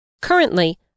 Currently